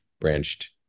branched